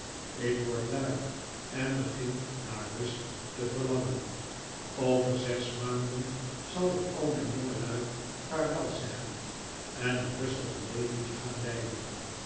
ik word lui en begin naar rust te verlangen over zes maanden zal ik al mijn jongelui vaarwel zeggen en een rustiger leventje gaan leiden